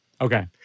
Okay